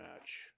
match